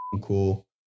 cool